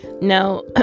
Now